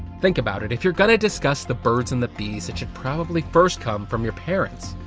think about it, if you're gonna discuss the birds and the bees, it should probably first come from your parents,